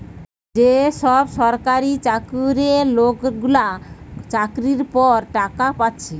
যে সব সরকারি চাকুরে লোকগুলা চাকরির পর টাকা পাচ্ছে